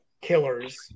killers